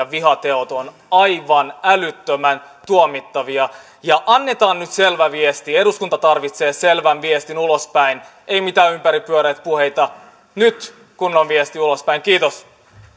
vihateot ovat aivan älyttömän tuomittavia annetaan nyt selvä viesti eduskunta tarvitsee selvän viestin ulospäin ei mitään ympäripyöreitä puheita nyt kunnon viesti ulospäin kiitos